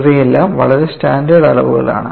ഇവയെല്ലാം വളരെ സ്റ്റാൻഡേർഡ് അളവുകളാണ്